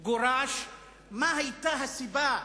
והוא גורש מה היתה הסיבה,